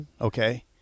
Okay